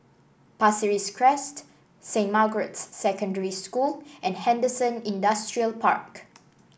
Pasir Ris Crest Saint Margaret's Secondary School and Henderson Industrial Park